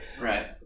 Right